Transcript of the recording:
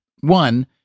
One